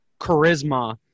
charisma